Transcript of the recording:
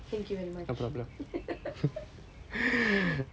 thank you very much